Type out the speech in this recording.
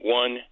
one